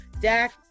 Dak